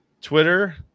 Twitter